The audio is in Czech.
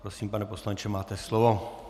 Prosím, pane poslanče, máte slovo.